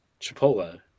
Chipotle